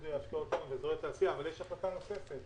השקעות הון באזור התעשייה אבל יש החלטה נוספת,